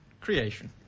Creation